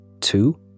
two